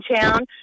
town